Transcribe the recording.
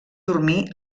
dormir